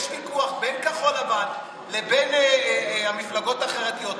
יש ויכוח בין כחול לבן לבין המפלגות החרדיות.